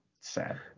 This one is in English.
sad